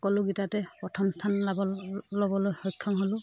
সকলোকেইটাতে প্ৰথম স্থান ল'বলৈ সক্ষম হ'লোঁ